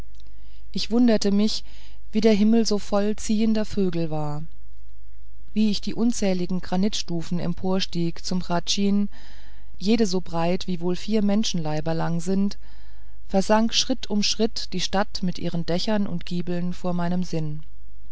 ich wunderte mich wie der himmel so voll ziehender vögel war wie ich die unzähligen granitstufen emporstieg zum hradschin jede so breit wie wohl vier menschenleiber lang sind versank schritt um schritt die stadt mit ihren dächern und giebeln vor meinem sinn